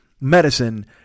medicine